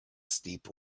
steep